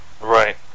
Right